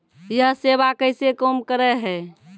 यह सेवा कैसे काम करै है?